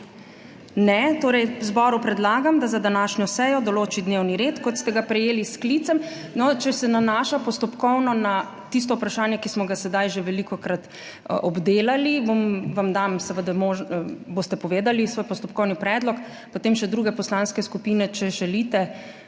Ne. Torej, zboru predlagam, da za današnjo sejo določi dnevni red, kot ste ga prejeli s sklicem.../oglašanje iz klopi/ No, če se nanaša postopkovno na tisto vprašanje, ki smo ga sedaj že velikokrat obdelali, vam dam, seveda, boste povedali svoj postopkovni predlog, potem še druge poslanske skupine, če želite,